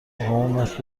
قومت